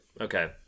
okay